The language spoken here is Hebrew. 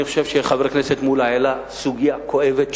אני חושב שחבר הכנסת מולה העלה סוגיה כואבת,